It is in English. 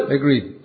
agreed